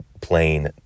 plain